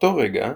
מאותו רגע,